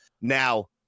Now